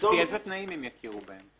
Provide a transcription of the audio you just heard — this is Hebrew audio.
לפי איזה תנאים הם יכירו בהם?